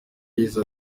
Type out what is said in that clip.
yagize